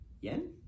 yen